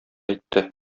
әйтте